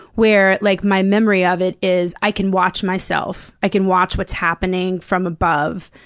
where, like, my memory of it is, i can watch myself. i can watch what's happening from above,